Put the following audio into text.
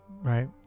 right